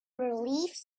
relieved